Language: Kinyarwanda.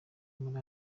muri